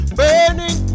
burning